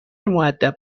مودب